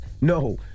No